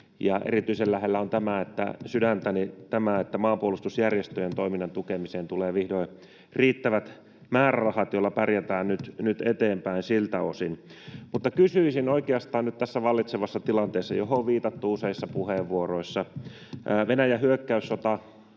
erityisen lähellä on sydäntäni tämä, että maanpuolustusjärjestöjen toiminnan tukemiseen tulee vihdoin riittävät määrärahat, joilla pärjätään nyt eteenpäin siltä osin. Mutta kysyisin oikeastaan nyt tässä vallitsevassa tilanteessa, johon on viitattu useissa puheenvuoroissa: Venäjän hyökkäyssota